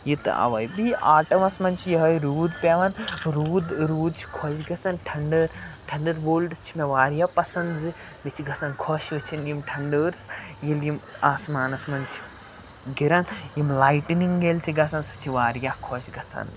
یہِ تہٕ اَوَے بیٚیہِ یہِ آٹٕمَس منٛز چھِ یِہوٚے روٗد پٮ۪وان روٗد روٗد چھِ خۄش گَژھان ٹھنٛڈَر ٹھنٛڈَر بولڈٕس چھِ مےٚ واریاہ پَسنٛد زِ مےٚ چھِ گَژھان خۄش وٕچھِنۍ یِم ٹھنٛڈٲرز ییٚلہِ یِم آسمانَس منٛز چھِ گِران یِم لایٹٕنِنٛگ ییٚلہِ چھِ گَژھان سُہ چھِ واریاہ خۄش گَژھان